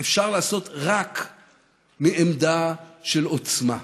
אפשר לעשות רק מעמדה של עוצמה.